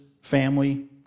family